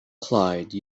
clyde